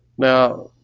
now,